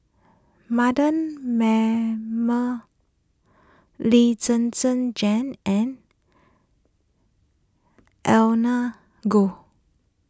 Mardan Mamat Lee Zhen Zhen Jane and Ernest Goh